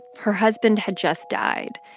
her husband had just died.